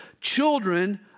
Children